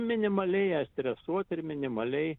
minimaliai ją stresuot ir minimaliai